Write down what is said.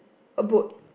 a boat